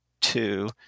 two